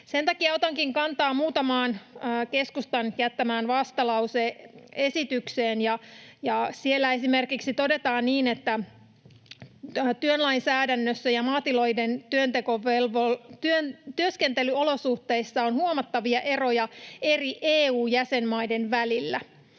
Sen takia otankin kantaa muutamaan keskustan jättämään vastalause-esitykseen. Siellä esimerkiksi todetaan niin, että työlainsäädännössä ja maatilojen työskentelyolosuhteissa on huomattavia eroja eri EU-jäsenmaiden välillä.